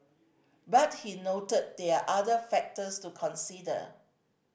but he noted there are other factors to consider